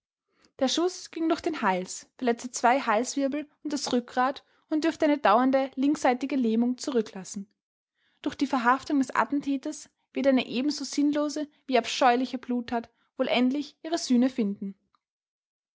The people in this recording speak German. der schuß ging durch den hals verletzte zwei halswirbel und das rückgrat und dürfte eine dauernde linksseitige lähmung zurücklassen durch die verhaftung des attentäters wird eine ebenso sinnlose wie abscheuliche bluttat wohl endlich ihre sühne finden